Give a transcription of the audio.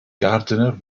gardiner